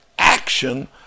Action